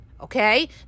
Okay